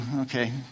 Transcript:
okay